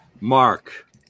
Mark